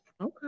Okay